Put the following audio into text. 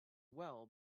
well